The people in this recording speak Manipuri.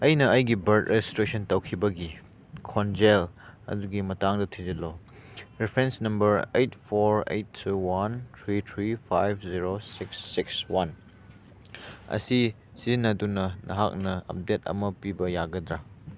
ꯑꯩꯅ ꯑꯩꯒꯤ ꯕꯥꯔꯠ ꯔꯦꯖꯤꯁꯇ꯭ꯔꯦꯁꯟ ꯇꯧꯈꯤꯕꯒꯤ ꯈꯣꯡꯖꯦꯜ ꯑꯗꯨꯒꯤ ꯃꯇꯥꯡꯗ ꯊꯤꯖꯜꯂꯨ reference number eight four eight two one three three five zero six six one ꯑꯁꯤ ꯁꯤꯖꯤꯟꯅꯗꯨꯅ ꯅꯍꯥꯛꯅ ꯑꯞꯗꯦꯠ ꯑꯃ ꯄꯤꯕ ꯌꯥꯒꯗ꯭ꯔ